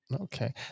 okay